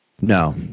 no